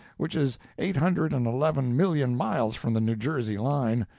which is eight hundred and eleven million miles from the new jersey line.